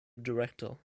director